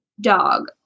Dog